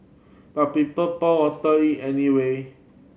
but people poured watery anyway